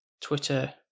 Twitter